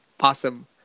Awesome